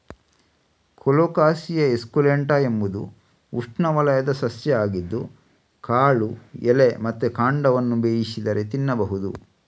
colocasia esculenta ಎಂಬುದು ಉಷ್ಣವಲಯದ ಸಸ್ಯ ಆಗಿದ್ದು ಕಾಳು, ಎಲೆ ಮತ್ತೆ ಕಾಂಡವನ್ನ ಬೇಯಿಸಿದರೆ ತಿನ್ಬಹುದು